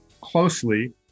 closely